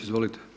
Izvolite.